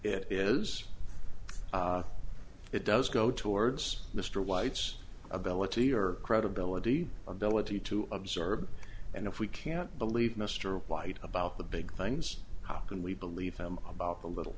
it is it does go towards mr white's ability or credibility ability to observe and if we can't believe mr white about the big things how can we believe him about the little